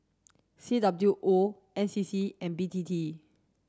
C W O N C C and B T T